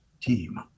team